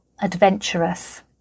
adventurous